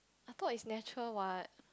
I thought it's natural what